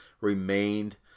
remained